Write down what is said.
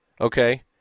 okay